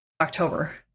October